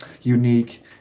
unique